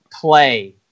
play